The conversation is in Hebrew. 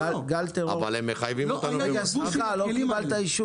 אבל הם מחייבים אותנו